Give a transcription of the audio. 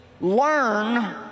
learn